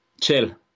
chill